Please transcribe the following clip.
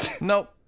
Nope